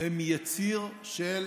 הן יציר של